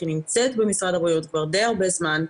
היא נמצאת במשרד הבריאות כבר די הרבה זמן,